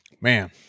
man